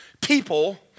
people